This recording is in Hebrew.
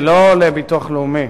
ולא לביטוח לאומי.